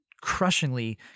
crushingly